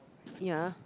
ya